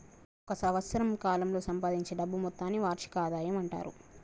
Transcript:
ఒక సంవత్సరం కాలంలో సంపాదించే డబ్బు మొత్తాన్ని వార్షిక ఆదాయం అంటారు